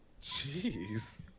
Jeez